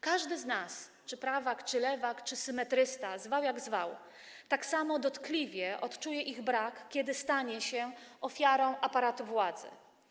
Każdy z nas, czy prawak, czy lewak, czy symetrysta, jak zwał, tak zwał, tak samo dotkliwie odczuje ich brak, kiedy stanie się ofiarą aparatu władzy.